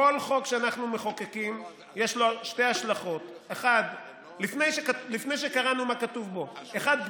לכל חוק שאנחנו מחוקקים יש שתי השלכות לפני שקראנו מה כתוב בו: אחת,